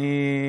אני,